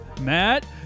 Matt